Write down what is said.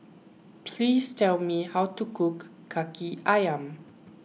please tell me how to cook Kaki Ayam